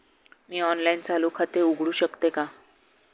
मी online चालू खाते उघडू शकते का?